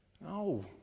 No